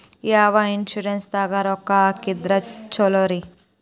ಯಾವ ಇನ್ಶೂರೆನ್ಸ್ ದಾಗ ರೊಕ್ಕ ಹಾಕಿದ್ರ ಛಲೋರಿ?